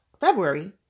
February